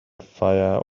fire